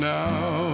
now